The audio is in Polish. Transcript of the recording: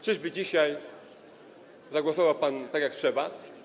Czyżby dzisiaj zagłosował pan tak jak trzeba?